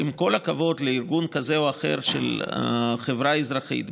עם כל הכבוד לארגון כזה או אחר של החברה האזרחית,